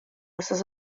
wythnos